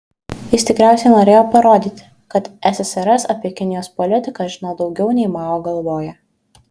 jis tikriausiai norėjo parodyti kad ssrs apie kinijos politiką žino daugiau nei mao galvoja